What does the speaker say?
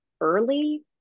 early